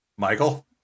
Michael